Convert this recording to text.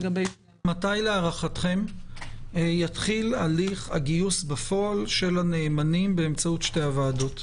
מתי להערכתכם יתחיל הליך הגיוס בפועל של הנאמנים באמצעות שתי הוועדות?